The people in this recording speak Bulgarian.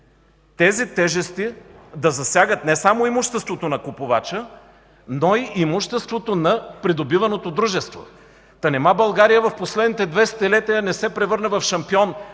тези тежести да засягат не само имуществото на купувача, но и имуществото на придобиваното дружество. Та нима България в последните две десетилетия не се превърна в шампион